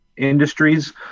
Industries